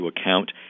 account